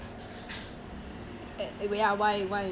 !wah! !aiyo! 记不了 sia